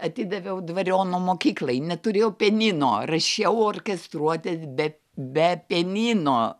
atidaviau dvariono mokyklai neturėjau pianino rašiau orkestruotes be be pianino